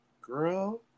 girl